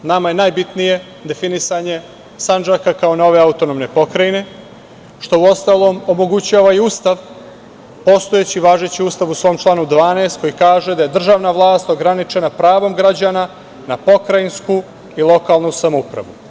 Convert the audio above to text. Nama je najbitnije definisanje Sandžaka kao nove autonomne pokrajine, što uostalom omogućava i Ustav, postojeći i važeći, u svom članu 12, koji kaže da je državna vlast ograničena pravom građana na pokrajinsku i lokalnu samoupravu.